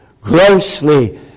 grossly